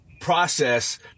process